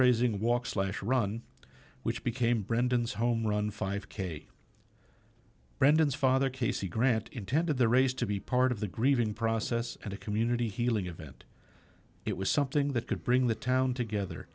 raising walk slash run which became brandon's home run five k brandon's father casey grant intended the race to be part of the grieving process and a community healing event it was something that could bring the town together